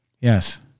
Yes